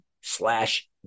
slash